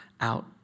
out